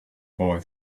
boy